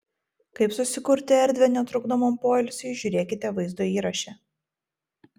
kaip susikurti erdvę netrukdomam poilsiui žiūrėkite vaizdo įraše